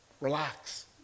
relax